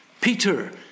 Peter